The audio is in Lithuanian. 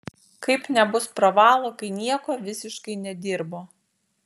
kaip nebus pravalo kai nieko visiškai nedirbo